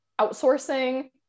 outsourcing